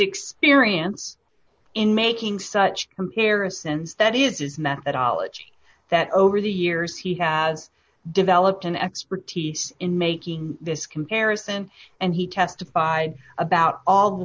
experience in making such comparisons that is his methodology that over the years he has developed an expertise in making this comparison and he testified about all the